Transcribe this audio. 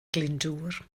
glyndŵr